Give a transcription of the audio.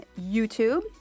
YouTube